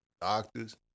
doctors